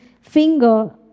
finger